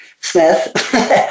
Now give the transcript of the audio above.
Smith